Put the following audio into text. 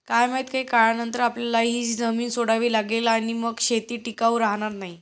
काय माहित, काही काळानंतर आपल्याला ही जमीन सोडावी लागेल आणि मग शेती टिकाऊ राहणार नाही